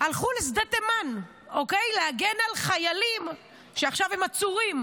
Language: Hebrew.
הלכו לשדה תימן להגן על חיילים שעכשיו הם עצורים,